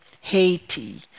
Haiti